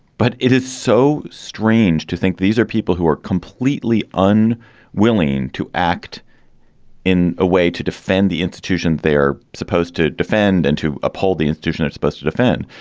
but it is so strange to think these are people who are completely un willing to act in a way to defend the institution they're supposed to defend and to uphold. the institution are supposed to defend.